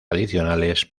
adicionales